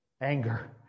anger